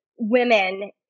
Women